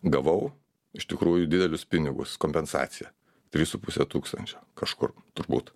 gavau iš tikrųjų didelius pinigus kompensaciją tris su puse tūkstančio kažkur turbūt